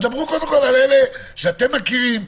אז דברו קודם כל על אלה שאתם מכירים,